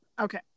Okay